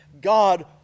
God